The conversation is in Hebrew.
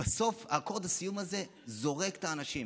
בסוף אקורד הסיום זה זורק את האנשים.